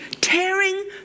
tearing